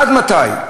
עד מתי?